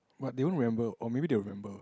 but they don't remember or maybe they will remember